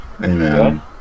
Amen